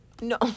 No